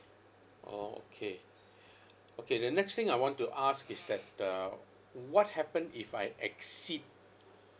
orh okay okay the next thing I want to ask is that uh what happen if I exceed